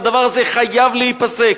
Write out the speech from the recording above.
והדבר הזה חייב להיפסק.